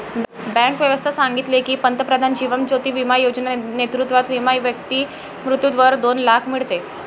bank व्यवस्था सांगितले की, पंतप्रधान जीवन ज्योती बिमा योजना नेतृत्वात विमा व्यक्ती मृत्यूवर दोन लाख मीडते